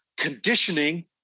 conditioning